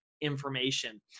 information